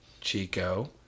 chico